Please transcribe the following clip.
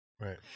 Right